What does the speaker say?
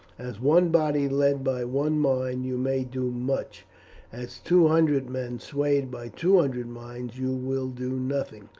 as one body led by one mind you may do much as two hundred men swayed by two hundred minds you will do nothing.